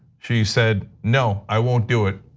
she said, no, i won't do it.